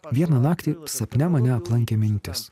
vieną naktį sapne mane aplankė mintis